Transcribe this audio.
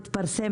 להפחית.